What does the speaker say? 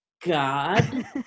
God